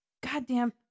goddamn